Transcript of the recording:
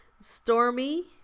Stormy